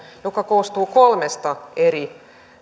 joka koostuu kolmesta eri